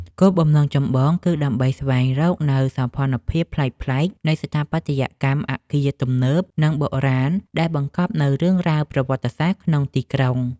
គោលបំណងចម្បងគឺដើម្បីស្វែងរកនូវសោភ័ណភាពប្លែកៗនៃស្ថាបត្យកម្មអាគារទំនើប និងបុរាណដែលបង្កប់នូវរឿងរ៉ាវប្រវត្តិសាស្ត្រក្នុងទីក្រុង។